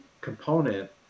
component